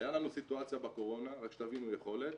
הייתה לנו סיטואציה בקורונה, רק שתבינו יכולת,